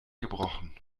gebrochen